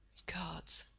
gods,